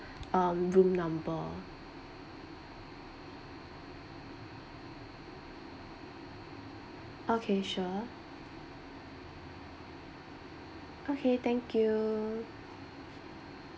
um room numbee okay sure okay thank you